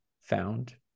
found